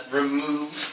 remove